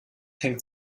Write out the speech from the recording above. hängt